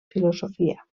filosofia